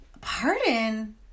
Pardon